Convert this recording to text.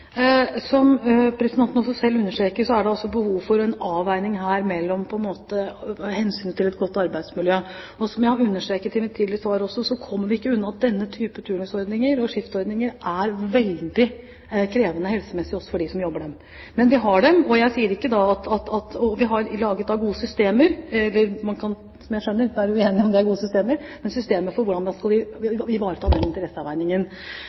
Som representanten også selv understreker, er det her behov for en avveining mot hensynet til et godt arbeidsmiljø. Som jeg har understreket i mitt tidligere svar, kommer vi ikke unna at denne type turnusordninger og skiftordninger er veldig krevende helsemessig for dem som jobber. Men vi har dem, og vi har laget gode systemer – selv om man, som jeg skjønner, kan være uenige om de er gode – for hvordan man skal ivareta den interesseavveiningen.